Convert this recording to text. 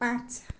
पाँच